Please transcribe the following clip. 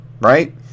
right